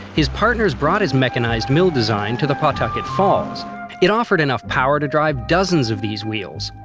his partners brought his mechanized mill design to the pawtucket falls it offered enough power to drive dozens of these wheels.